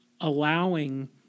allowing